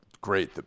Great